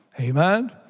Amen